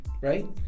right